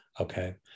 okay